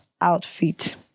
outfit